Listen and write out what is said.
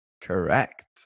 Correct